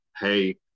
hey